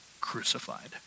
crucified